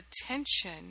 attention